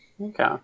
Okay